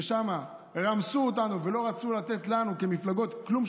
ששם רמסו אותנו ולא רצו לתת לנו כמפלגות כלום,